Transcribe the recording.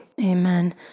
Amen